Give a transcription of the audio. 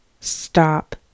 stop